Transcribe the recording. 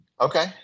Okay